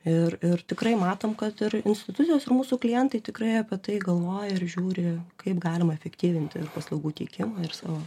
ir ir tikrai matom kad ir institucijos ir mūsų klientai tikrai apie tai galvoja ir žiūri kaip galima efektyvinti ir paslaugų tiekimą ir savo